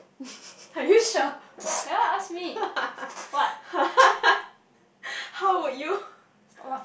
are you sure how would you